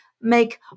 make